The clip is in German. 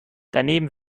daneben